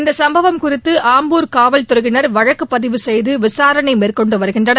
இந்த சம்பவம் குறித்து ஆம்பூர் காவல்துறையினர் வழக்கு பதிவு செய்து விசாரணை மேற்கொண்டு வருகின்றனர்